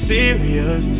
serious